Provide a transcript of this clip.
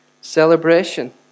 Celebration